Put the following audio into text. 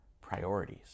priorities